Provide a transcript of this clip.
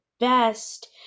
best